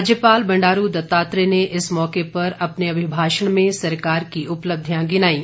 राज्यपाल बंडारू दत्तात्रेय ने इस मौके पर अपने अभिभाषण में सरकार की उपलब्धियां गिनाईं